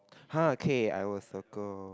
!huh! K I was circle